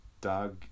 Doug